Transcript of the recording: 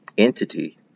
entity